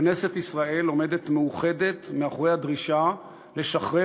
כנסת ישראל עומדת מאוחדת מאחורי הדרישה לשחרר